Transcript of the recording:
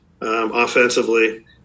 offensively